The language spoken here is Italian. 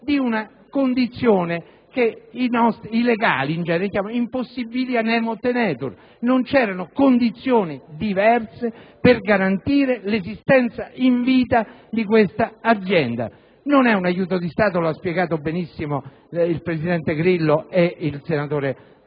di una condizione che i legali in genere chiamano *ad impossibilia nemo tenetur*. Non c'erano condizioni diverse per garantire l'esistenza in vita di questa azienda. Non è un aiuto di Stato, come hanno spiegato benissimo il presidente Grillo e il senatore Vegas.